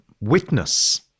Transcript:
witness